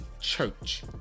church